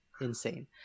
insane